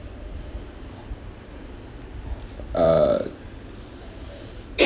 uh